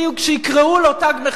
ויקראו לו "תג מחיר",